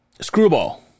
Screwball